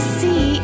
see